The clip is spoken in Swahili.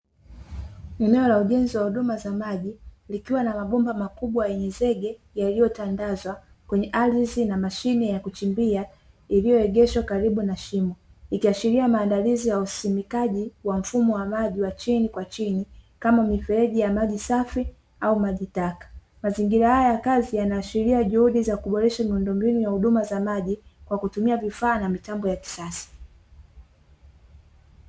Eneo la ujenzi wa huduma za maji likiwa na mabomba makubwa yenye zege yaliotandazwa kwenye ardhi na mashine ya kuchimbia iliyoegeshwa karibu na shimo ikiashiria maandalizi ya usimikaji wa mfumo wa maji wa chini kwa chini kama mifereji ya maji safi au maji taka. Mazingira haya ya kazi yanaashiria kuleta juhudi za kuweza kuboresha miundo mbinu ya huduma za maji kwa kutumia vifaa na mitambo ya kisasa.